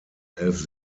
elf